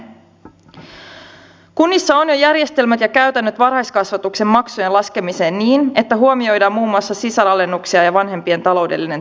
kunnissa on jo järjestelmät ja käytännöt varhaiskasvatuksen maksujen laskemiseen niin että huomioidaan muun muassa sisaralennuksia ja vanhempien taloudellinen tilanne